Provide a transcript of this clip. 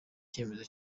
cyemezo